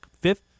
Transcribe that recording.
fifth